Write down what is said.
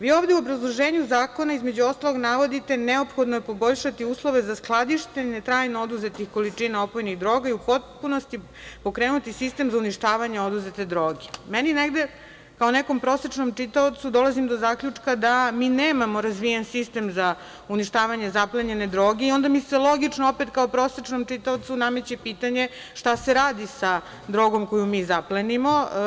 Vi ovde u obrazloženju zakona, između ostalog, navodite: „Neophodno je poboljšati uslove za skladištenje trajno oduzetih količina opojnih droga i u potpunosti pokrenuti sistem za uništavanje oduzete droge.“ Meni, negde, kao nekom prosečnom čitaocu dolazim do zaključka da mi nemamo razvijen sistem za uništavanje zaplenjene droge i onda mi se logično opet, kao prosečnom čitaocu, nameće pitanje šta se radi sa drogom koju mi zaplenimo?